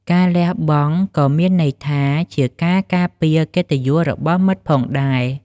ការលះបង់ក៏មានន័យថា ជាការការពារកិត្តិយសរបស់មិត្តផងដែរ។